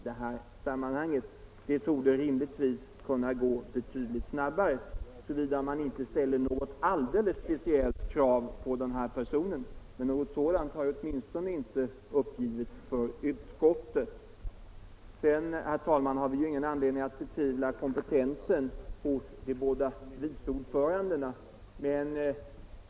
Det torde rimligtvis kunna gå betydligt snabbare, såvida man inte ställer något alldeles speciellt krav på denna person. Men något sådant krav har åtminstone inte uppgivits för utskottet. Vi har ingen anledning att betvivla kompentensen hos de båda vice ordförandena.